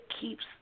keeps